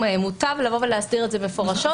מוטב לבוא ולהסדיר את זה מפורשות.